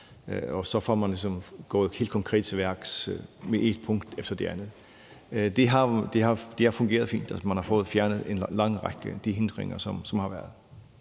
og så får man ligesom gået helt konkret til værks med et punkt efter det andet. Det har fungeret fint. Man har med den konkrete tilgang fået fjernet en lang række af de hindringer, som der har været.